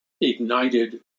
ignited